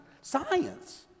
science